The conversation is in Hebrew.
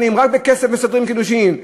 רק בכסף מסדרים קידושין,